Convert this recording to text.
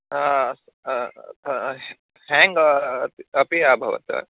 अस्तु ह्याङ्ग अपि अभवत्